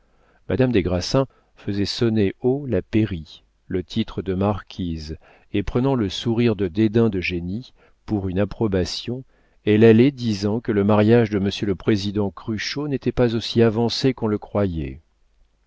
madame des grassins faisait sonner haut la pairie le titre de marquise et prenant le sourire de dédain d'eugénie pour une approbation elle allait disant que le mariage de monsieur le président cruchot n'était pas aussi avancé qu'on le croyait